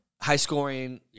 high-scoring